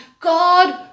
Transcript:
God